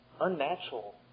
unnatural